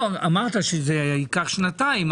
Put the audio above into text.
אמרת שזה ייקח שנתיים.